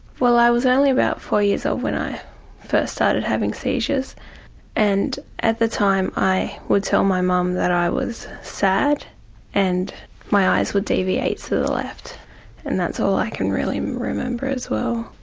well i was only about four years old when i first started having seizures and at the time i would tell my mum that i was sad and my eyes would deviate to the left and that's all i can really remember as well.